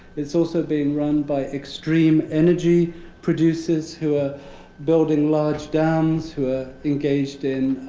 it's also being run by extreme energy producers who are building large dams, who are engaged in